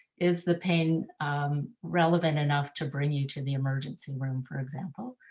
is the pain relevant enough to bring you to the emergency room, for example,